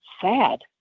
sad